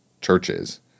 churches